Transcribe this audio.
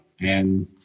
and-